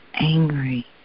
angry